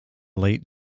late